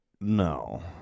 No